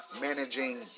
managing